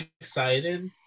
excited